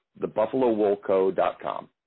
thebuffalowoolco.com